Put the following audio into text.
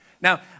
Now